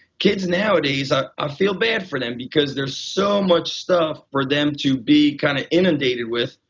kids nowadays i ah feel bad for them because there's so much stuff for them to be kind of inundated with.